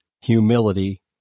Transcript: humility